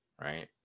Right